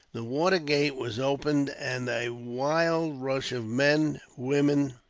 the watergate was open, and a wild rush of men, women,